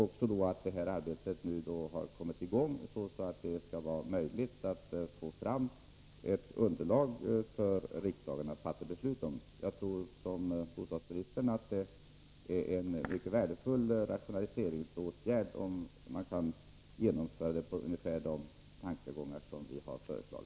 Arbetet har alltså kommit i gång, så att det blir möjligt att få fram ett underlag som kan ligga till grund för ett riksdagsbeslut. Jag tror, som bostadsministern, att det skulle vara en värdefull rationaliseringsåtgärd, om man kunde förverkliga i stort sett de tankegångar som vi har fört fram.